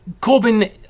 Corbyn